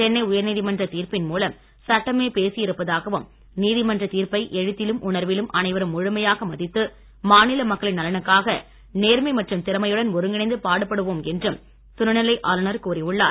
சென்னை உயர்நீதிமன்ற தீர்ப்பின் மூலம் சட்டமே பேசியிருப்பதாகவும் நீதிமன்றத் தீர்ப்பை எழுத்திலும் உணர்விலும் அனைவரும் முழுமையாக மதித்து மக்களின் நலனுக்காக நேர்மை மற்றும் திறமையுடன் மாநில ஒருங்கிணைந்து பாடுபடுவோம் என்றும் துணைநிலை ஆளுநர் கூறியுள்ளார்